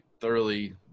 thoroughly